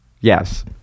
Yes